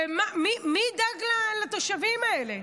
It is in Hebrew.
ומי ידאג לתושבים האלה?